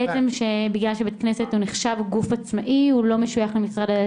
בעצם בגלל שבית כנסת נחשב גוף עצמאי הוא לא משוייך למשרד הדתות,